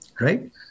Right